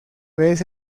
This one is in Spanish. vez